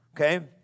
Okay